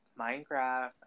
Minecraft